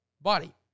body